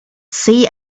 see